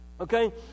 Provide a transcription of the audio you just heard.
okay